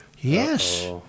Yes